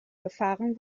gefahren